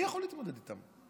מי יכול להתמודד איתם?